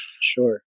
Sure